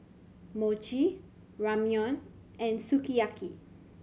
Mochi Ramyeon and Sukiyaki